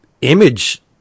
image